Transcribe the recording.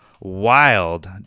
wild